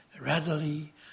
readily